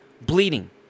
Bleeding